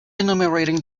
enumerating